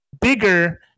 bigger